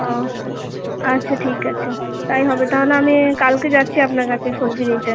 ওহ আচ্ছা ঠিক আছে তাই হবে তাহলে আমি কালকে যাচ্ছি আপনার কাছে সবজি নিতে